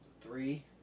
three